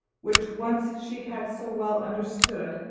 which once she had so well understood,